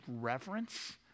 reverence